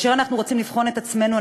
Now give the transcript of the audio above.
כאשר אנחנו רוצים לבחון את עצמנו,